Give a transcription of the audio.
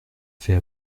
fait